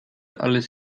alles